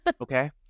Okay